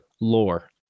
lore